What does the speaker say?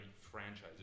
franchises